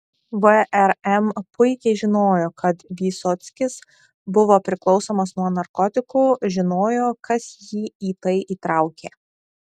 vrm puikiai žinojo kad vysockis buvo priklausomas nuo narkotikų žinojo kas jį į tai įtraukė